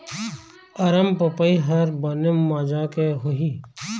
अरमपपई हर बने माजा के होही?